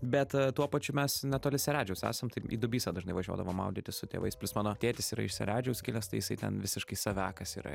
bet tuo pačiu mes netoli seredžiaus esam tai į dubysą dažnai važiuodavom maudytis su tėvais plius mano tėtis yra iš seredžiaus kilęs tai jisai ten visiškai saviakas yra